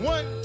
One